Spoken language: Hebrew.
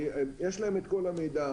יש להם את כל המידע,